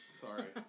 Sorry